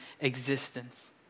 existence